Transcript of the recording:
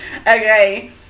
Okay